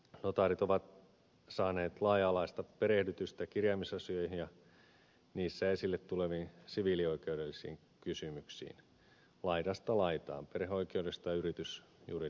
notaarit ovat saaneet laaja alaista perehdytystä kirjaamisasioihin ja niissä esille tuleviin siviilioikeudellisiin kysymyksiin laidasta laitaan perheoikeudesta yritysjuridiikkaan